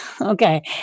Okay